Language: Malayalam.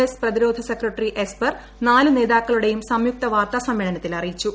എസ് പ്രതിരോധ സെക്രട്ടറി എസ്പർ നാലു നേതാക്കളുടെയും സംയുക്ത വാർത്താ സമ്മേളനത്തിൽ അറിയിച്ചു